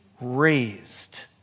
raised